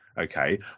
Okay